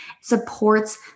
supports